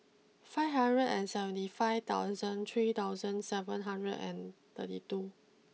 five hundred and seventy five thousand three thousand seven hundred and thirty two